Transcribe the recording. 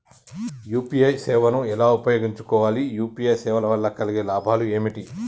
UPI సేవను ఎలా ఉపయోగించు కోవాలి? యూ.పీ.ఐ సేవల వల్ల కలిగే లాభాలు ఏమిటి?